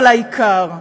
אבל העיקר,